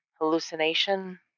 hallucination